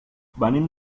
venim